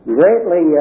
greatly